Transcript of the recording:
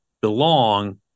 belong